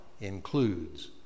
includes